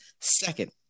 second